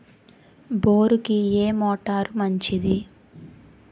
బోరుకి ఏ మోటారు మంచిది?